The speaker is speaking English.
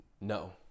No